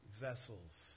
vessels